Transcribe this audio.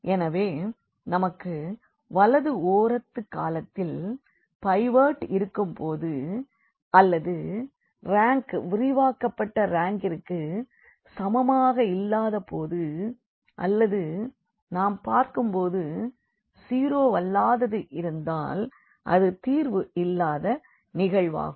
எனவே நமக்கு வலது ஓரத்து காலத்தில் பைவோட் இருக்கும் போது அல்லது ரேங்க் விரிவாகக்கப்பட்ட ரேங்கிகிற்கு சமமாக இல்லாத போது அல்லது நாம் பார்க்கும் போது ஜீரோவல்லாதது இருந்தால் அது தீர்வு இல்லாத நிகழ்வாகும்